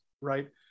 right